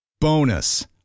Bonus